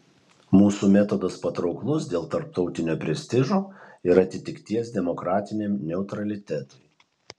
mūsų metodas patrauklus dėl tarptautinio prestižo ir atitikties demokratiniam neutralitetui